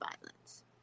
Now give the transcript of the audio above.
violence